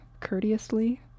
courteously